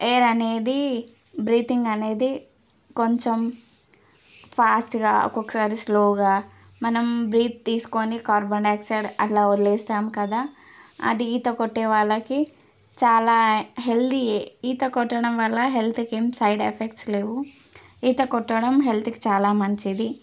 air అనేది breathing అనేది కొంచెం ఫాస్ట్గా ఒకొక్కసారి స్లోగా మనం బ్రీత్ తీసుకొని కార్బన్ డయాక్సైడ్ అట్లా వదిలేస్తాం కదా అది ఈత కొట్టే వాళ్ళకి చాలా హెల్తీయే ఈత కొట్టడం వల్ల హెల్త్కేం సైడ్ ఎఫెక్ట్స్ లేవు ఈత కొట్టడం హెల్త్కి చాలా మంచిది